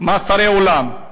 מאסרי עולם.